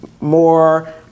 more